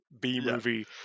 B-movie